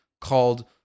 called